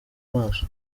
maso